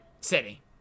City